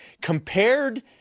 compared